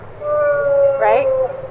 right